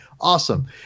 Awesome